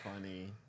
funny